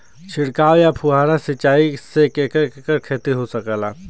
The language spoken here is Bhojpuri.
छिड़काव या फुहारा सिंचाई से केकर केकर खेती हो सकेला?